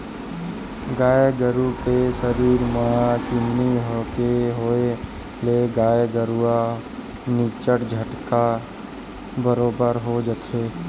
गाय गरु के सरीर म किन्नी के होय ले गाय गरु ह निच्चट झटके बरोबर हो जाथे